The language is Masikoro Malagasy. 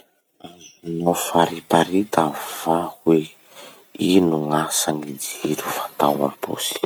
Azonao fariparita va hoe ino gn'asan'ny jiro fatao amposy?